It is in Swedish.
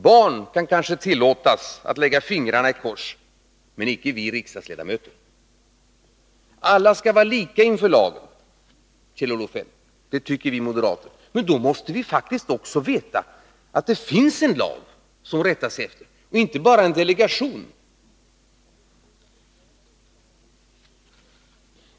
Barn kan kanske tillåtas att lägga fingrarna i kors, men icke vi riksdagsledamöter. Alla skall vara lika inför lagen, Kjell-Olof Feldt. Det tycker vi moderater. Men då måste vi faktiskt också veta att det finns en lag som det går att rätta sig efter, och inte bara en delegation.